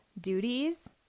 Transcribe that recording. duties